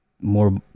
more